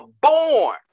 born